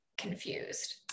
Confused